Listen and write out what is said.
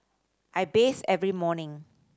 I bathe every morning